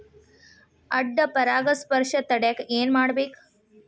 ಅಡ್ಡ ಪರಾಗಸ್ಪರ್ಶ ತಡ್ಯಾಕ ಏನ್ ಮಾಡ್ಬೇಕ್?